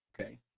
okay